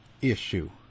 issue